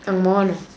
ang moh one